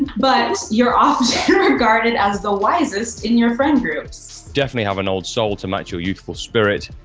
but you're often regarded as the wisest in your friend groups. definitely have an old soul to match your youthful spirit.